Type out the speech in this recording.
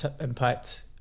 impact